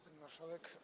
Pani Marszałek!